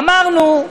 אמרנו: